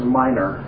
minor